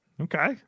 Okay